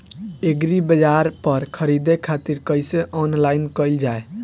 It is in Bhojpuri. एग्रीबाजार पर खरीदे खातिर कइसे ऑनलाइन कइल जाए?